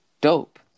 dope